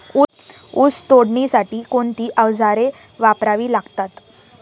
ऊस तोडणीसाठी कोणती अवजारे वापरावी लागतात?